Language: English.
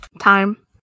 Time